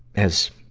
as,